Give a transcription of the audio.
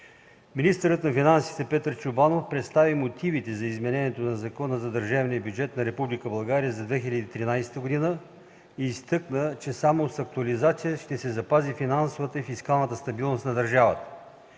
Министърът на финансите Петър Чобанов представи мотивите за изменението на Закона за държавния бюджет на Република България за 2013 г. и изтъкна, че само с актуализация ще се запази финансовата и фискалната стабилност на държавата.